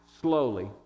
slowly